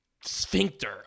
sphincter